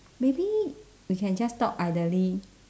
maybe we can just talk idly